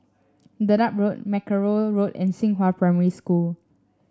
Dedap Road Mackerrow Road and Xinghua Primary School